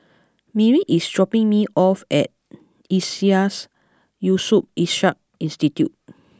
Merritt is dropping me off at Iseas Yusof Ishak Institute